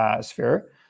sphere